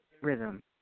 Rhythm